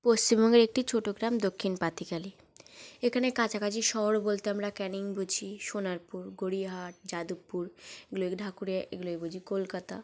পশ্চিমবঙ্গের একটি ছোট গ্রাম দক্ষিণ পাতিখালি এখানে কাছাকাছি শহর বলতে আমরা ক্যানিং বুঝি সোনারপুর গড়িয়াহাট যাদবপুর এগুলো ঢাকুরিয়া এগুলোই বুঝি কলকাতা